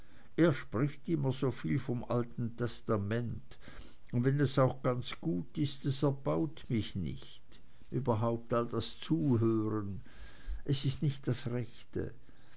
er spricht immer soviel vom alten testament und wenn es auch ganz gut ist es erbaut mich nicht überhaupt all das zuhören es ist nicht das rechte